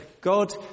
God